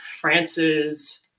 France's